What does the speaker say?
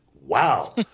wow